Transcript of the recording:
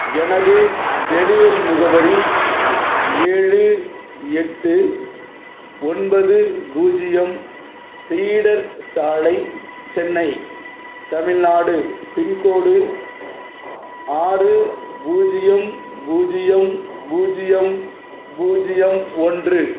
எனது டெலிவரி முகவரி ஏழு எட்டு ஒன்பது பூஜ்ஜியம் சீடர் சாலை சென்னை தமிழ்நாடு பின்கோடு ஆறு பூஜ்ஜியம் பூஜ்ஜியம் பூஜ்ஜியம் பூஜ்ஜியம் ஒன்று